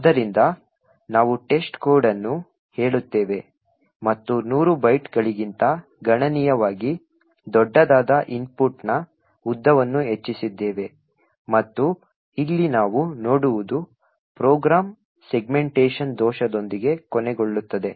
ಆದ್ದರಿಂದ ನಾವು testcode ಅನ್ನು ಹೇಳುತ್ತೇವೆ ಮತ್ತು 100 ಬೈಟ್ಗಳಿಗಿಂತ ಗಣನೀಯವಾಗಿ ದೊಡ್ಡದಾದ ಇನ್ಪುಟ್ನ ಉದ್ದವನ್ನು ಹೆಚ್ಚಿಸಿದ್ದೇವೆ ಮತ್ತು ಇಲ್ಲಿ ನಾವು ನೋಡುವುದು ಪ್ರೋಗ್ರಾಂ ಸೆಗ್ಮೆಂಟೇಶನ್ ದೋಷದೊಂದಿಗೆ ಕೊನೆಗೊಳ್ಳುತ್ತದೆ